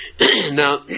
Now